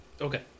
Okay